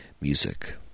Music